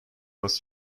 was